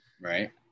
Right